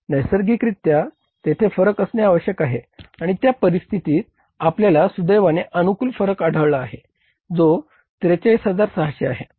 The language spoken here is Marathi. नैसर्गिकरित्या तेथे फरक असणे आवश्यक आहे आणि या परिस्थितीत आपल्याला सुदैवाने अनुकूल फरक आढळला आहे जो 43600 आहे